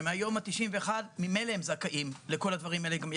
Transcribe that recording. שמהיום ה-91 ממילא הם זכאים לכל הדברים האלה גם יחד.